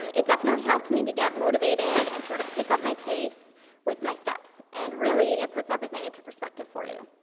um it definitely helped me to get motivated and sort of pick up my pace with my steps, and really, it puts everything into perspective for you.